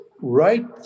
right